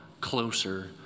closer